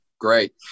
Great